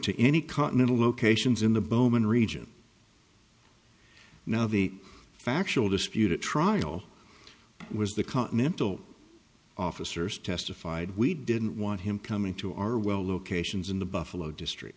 to any continental locations in the boman region now the factual dispute at trial was the continental officers testified we didn't want him coming to our well locations in the buffalo district